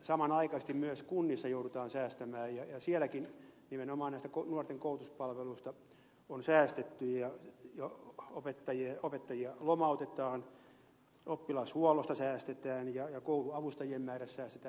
samanaikaisesti myös kunnissa joudutaan säästämään ja sielläkin nimenomaan näistä nuorten koulutuspalveluista on säästetty opettajia lomautetaan oppilashuollosta säästetään ja kouluavustajien määrässä säästetään